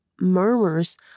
murmurs